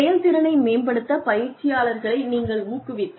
செயல்திறனை மேம்படுத்த பயிற்சியாளர்களை நீங்கள் ஊக்குவித்தல்